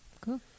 Cool